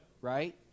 Right